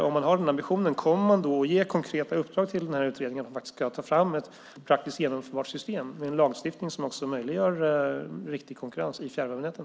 Om man har den ambitionen, kommer man då att ge konkreta uppdrag till utredningen att ta fram ett praktiskt genomförbart system med en lagstiftning som möjliggör riktig konkurrens i fjärrvärmenäten?